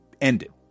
ended